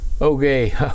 Okay